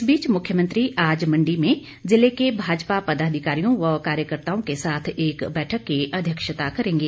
इस बीच मुख्यमंत्री आज मंडी में जिले के भाजपा पदाधिकारियों व कार्यकर्ताओं के साथ एक बैठक की अध्यक्षता करेंगे